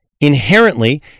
inherently